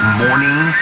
morning